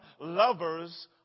lovers